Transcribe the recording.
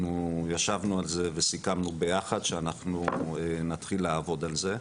אנחנו ישבנו על זה וסיכמנו יחד שאנחנו נתחיל לעבוד על זה.